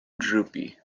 droopy